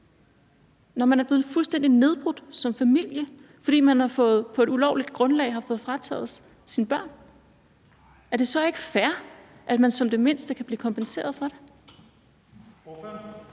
Når man er blevet fuldstændig nedbrudt som familie, fordi man på et ulovligt grundlag har fået frataget sine børn, er det så ikke fair, at man som det mindste kan blive kompenseret for det?